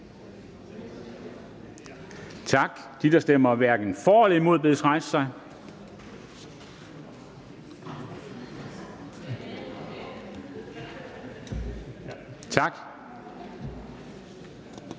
der stemmer hverken for eller imod, bedes rejse sig. Tak.